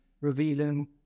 revealing